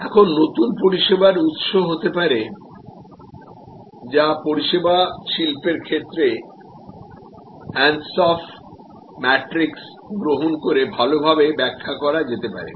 এখন নতুন পরিষেবার উত্স হতে পারে যা পরিষেবা শিল্পের ক্ষেত্রে আনসফ ম্যাট্রিক্স গ্রহণ করে ভালভাবে ব্যাখ্যা করা যেতে পারে